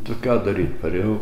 tai ką daryt parėjau